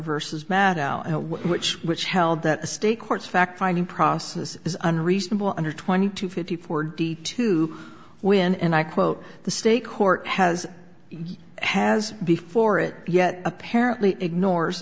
maddog which which held that the state courts fact finding process is unreasonable under twenty to fifty four d to win and i quote the state court has has before it yet apparently ignore